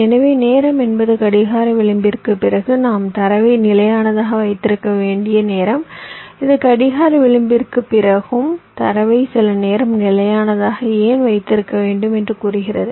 எனவே நேரம் என்பது கடிகார விளிம்பிற்குப் பிறகு நாம் தரவை நிலையானதாக வைத்திருக்க வேண்டிய நேரம் இது கடிகார விளிம்பிற்குப் பிறகும் தரவை சில நேரம் நிலையானதாக ஏன் வைத்திருக்க வேண்டும் என்று கூறுகிறது